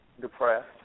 depressed